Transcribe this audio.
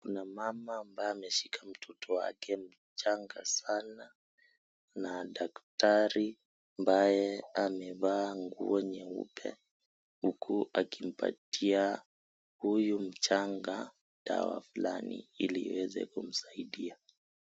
Kuna mama ambaye ameshika mtoto wake mchanga sana, na daktari ambaye amevaa nguo nyeupe huku akimpatia huyu mchanga dawa fulani hili iweze kumsaidia.